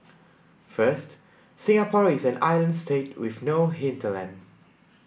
first Singapore is an island state with no hinterland